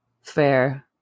Fair